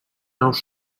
aus